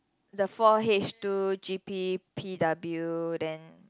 the four H-two G_P P_W then